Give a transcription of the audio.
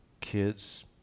kids